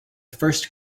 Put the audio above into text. first